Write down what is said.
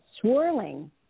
swirling